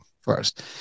first